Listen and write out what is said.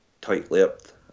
tight-lipped